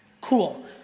Cool